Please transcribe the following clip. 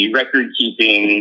record-keeping